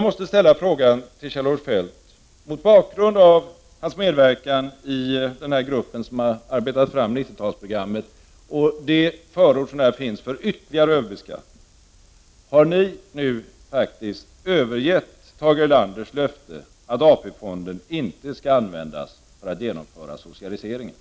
Mot bakgrund av Kjell-Olof Feldts medverkan i den grupp som har arbetat fram 90-talsprogrammet och det förord som uttalats för ytterligare överbeskattning undrar jag om ni socialdemokrater nu övergett Tage Erlanders löfte att AP-fonden inte skall användas för att genomföra socialiseringar.